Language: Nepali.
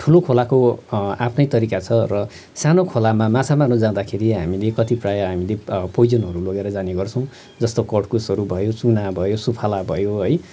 ठुलो खोलाको आफ्नै तरिका छ र सानो खोलामा माछा मार्नु जाँदाखेरि हामीले कति प्राय हामीले पोइजनहरू लगेर जानेगर्छौँ जस्तो कडकुसहरू भयो चुना भयो सुफाला भयो है